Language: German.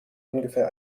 ungefähr